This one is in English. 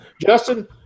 Justin